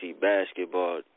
Basketball